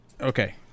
okay